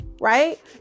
right